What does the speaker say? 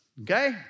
Okay